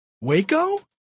Waco